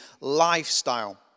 Lifestyle